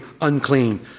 unclean